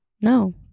no